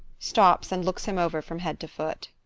stops and looks him over from head to foot.